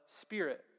Spirit